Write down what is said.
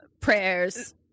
prayers